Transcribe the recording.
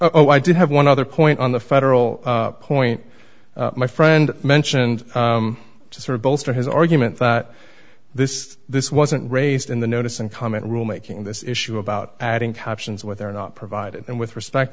oh i did have one other point on the federal point my friend mentioned sort of both for his argument that this this wasn't raised in the notice and comment rule making this issue about adding captions what they're not provided and with respect